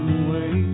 away